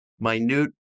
minute